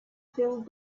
filled